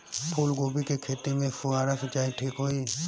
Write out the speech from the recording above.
फूल गोभी के खेती में फुहारा सिंचाई ठीक होई?